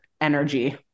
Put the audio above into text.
energy